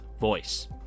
voice